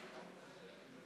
לא